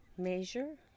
Measure